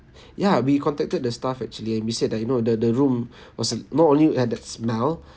ya we contacted the staff actually and we said that you know the the room was uh not only had that smell